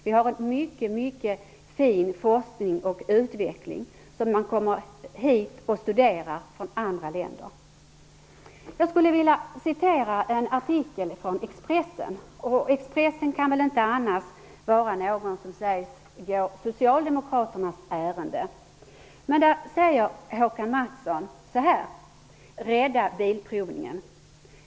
Det har skett en mycket fin forskning och utveckling, som man kommer hit och studerar från andra länder. Jag vill citera ur en artikel i Expressen, som väl ingen kan påstå går Socialdemokraternas ärenden. Där skriver Håkan Mattson: ''Rädda bilprovningen.